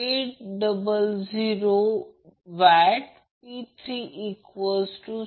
तर ते याचा अर्थ तोच वॅटमीटर असू शकतो